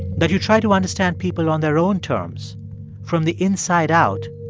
that you try to understand people on their own terms from the inside out,